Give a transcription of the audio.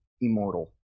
immortal